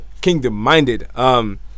kingdom-minded